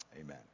Amen